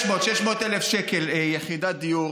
500,000, 600,000 שקל יחידת דיור